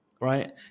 Right